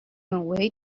away